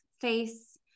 face